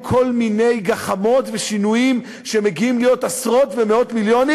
כל מיני גחמות ושינויים כאלו שמגיעים לעשרות ומאות מיליונים.